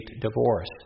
divorce